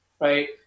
right